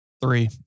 Three